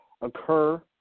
occur